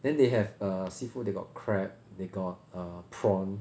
then they have err seafood they got crab they got err prawn